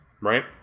right